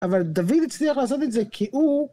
אבל דוד הצליח לעשות את זה כי הוא